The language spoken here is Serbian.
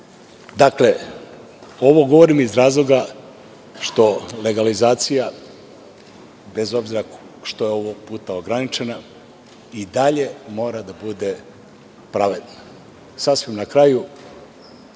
Dakle, ovo govorim iz razloga što legalizacija bez obzira što je ovog puta ograničena i dalje mora da bude pravedna. Sasvim na kraju,